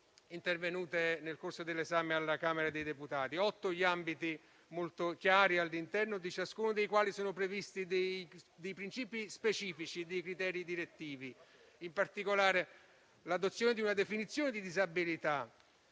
modifiche nel corso dell'esame alla Camera dei deputati. Otto sono gli ambiti molto chiari, all'interno di ciascuno dei quali sono previsti principi specifici e criteri direttivi: in particolare, l'adozione di una definizione di disabilità,